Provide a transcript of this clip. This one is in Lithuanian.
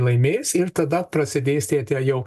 laimės ir tada prasidės tie tie jau